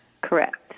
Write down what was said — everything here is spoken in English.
Correct